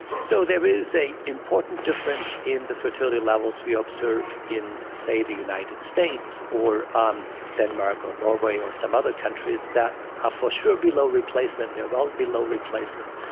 so, there is important difference in the fertility levels we observe in, say, the united states or um denmark or norway or some other countries that are for sure below replacement, they are well below replacement.